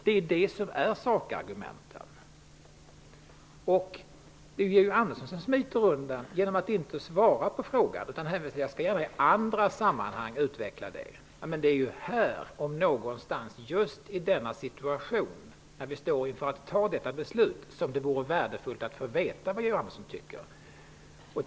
Det är Georg Andersson som smiter undan, genom att inte svara på frågan utan hänvisa till att han i andra sammanhang skall utvecka det. Men det är ju här, om någonstans, just i denna situation, när vi står inför detta beslut, som det vore värdefullt att få veta vad Georg Andersson tycker.